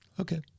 Okay